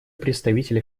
представителя